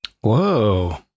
Whoa